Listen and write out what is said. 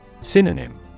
Synonym